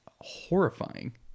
horrifying